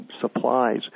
supplies